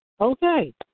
Okay